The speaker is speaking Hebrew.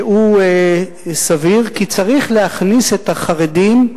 שהוא סביר, כי צריך להכניס את החרדים,